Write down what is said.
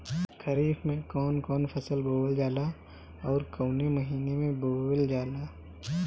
खरिफ में कौन कौं फसल बोवल जाला अउर काउने महीने में बोवेल जाला?